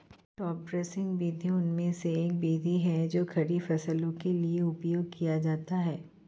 top dressing विधि उनमें से एक विधि है जो खड़ी फसलों के लिए उपयोग किया जाता है